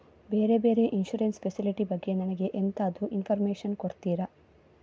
ಬೇರೆ ಬೇರೆ insurance facility ಬಗ್ಗೆ ನನಗೆ ಎಂತಾದ್ರೂ ಇನ್ಫೋರ್ಮೇಷನ್ ಕೊಡ್ತೀರಾ?